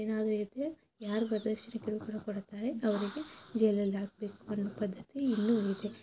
ಏನಾದರೂ ಇದ್ದರೆ ಯಾರು ವರದಕ್ಷಿಣೆ ಕಿರುಕುಳ ಕೊಡ್ತಾರೆ ಅವರಿಗೆ ಜೈಲಲ್ಲಿ ಹಾಕ್ಬೇಕ್ ಅನ್ನೋ ಪದ್ಧತಿ ಇನ್ನೂ ಇದೆ